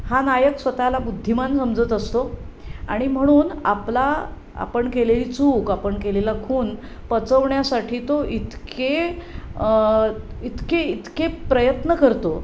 हा नायक स्वतःला बुद्धिमान समजत असतो आणि म्हणून आपला आपण केलेली चूक आपण केलेला खून पचवण्यासाठी तो इतके इतके इतके प्रयत्न करतो